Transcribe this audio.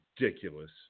ridiculous